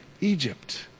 Egypt